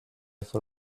for